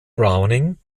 browning